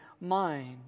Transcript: mind